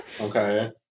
Okay